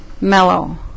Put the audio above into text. Mellow